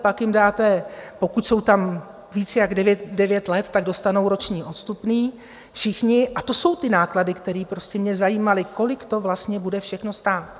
Pak jim dáte, pokud jsou tam víc jak devět let, dostanou roční odstupné všichni, a to jsou ty náklady, které prostě mě zajímaly, kolik to vlastně bude všechno stát.